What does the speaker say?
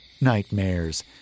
Nightmares